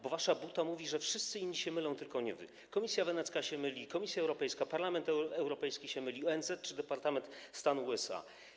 Bo wasza buta mówi, że wszyscy inni się mylą, tylko nie wy: Komisja Wenecka się myli, Komisja Europejska, Parlament Europejski się myli, ONZ czy Departament Stanu USA.